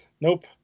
Nope